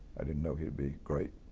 i didn't know he would be great,